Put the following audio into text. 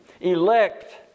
elect